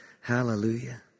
Hallelujah